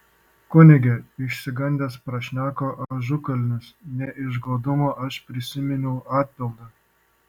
kunige išsigandęs prašneko ažukalnis ne iš godumo aš prisiminiau atpildą